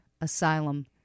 asylum